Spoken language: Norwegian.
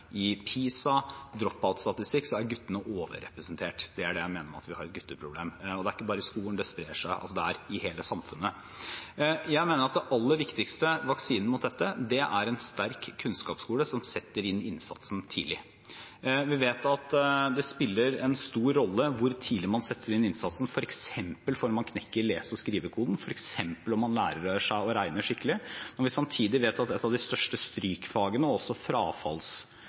i PISA og på «drop out»-statistikken, er guttene overrepresentert. Det er det jeg mener med at vi har et gutteproblem. Og det er ikke bare i skolen, det sprer seg i hele samfunnet. Jeg mener den aller viktigste vaksinen mot dette er en sterk kunnskapsskole, som setter inn innsatsen tidlig. Vi vet at det spiller en stor rolle hvor tidlig man setter inn innsatsen, f.eks. for om man knekker lese- og skrivekoden, f.eks. om man lærer seg å regne skikkelig. Når vi samtidig vet at et av de største strykfagene og en av de største frafallsårsakene i videregående skole er